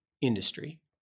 industry